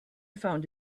found